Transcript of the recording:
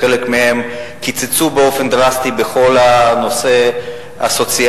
חלק מהן קיצצו באופן דרסטי בכל הנושא הסוציאלי,